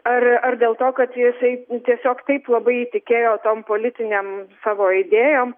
ar ar dėl to kad jisai tiesiog taip labai tikėjo tom politiniam savo idėjom